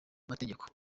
mategeko